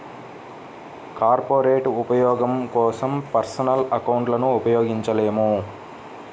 corporate ఉపయోగం కోసం personal అకౌంట్లను ఉపయోగించలేము